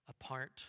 apart